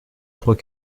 trois